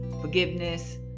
forgiveness